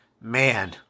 man